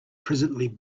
presently